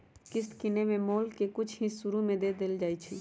किस्त किनेए में मोल के कुछ हिस शुरू में दे देल जाइ छइ